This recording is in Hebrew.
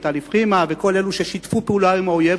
ולטלי פחימה וכל אלו ששיתפו פעולה עם האויב,